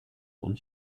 und